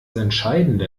entscheidende